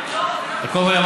על כל פנים,